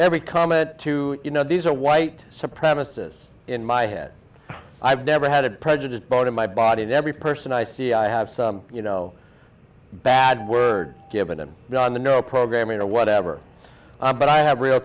every comment to you know these are white supremacists in my head i've never had a prejudiced bone in my body and every person i see i have some you know bad word given i'm not in the know programming or whatever but i have real